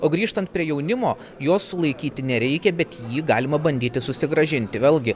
o grįžtant prie jaunimo jo sulaikyti nereikia bet jį galima bandyti susigrąžinti vėlgi